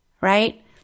right